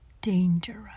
dangerous